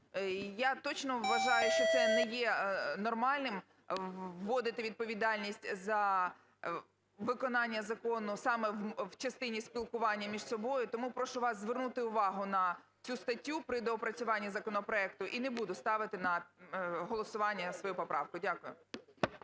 Я точно вважаю, що це не є нормальним вводити відповідальність за виконання закону саме в частині спілкування між собою. Тому прошу вас звернути увагу на цю статтю при доопрацюванні законопроекту, і не буду ставити на голосування свою поправку. Дякую.